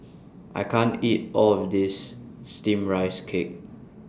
I can't eat All of This Steamed Rice Cake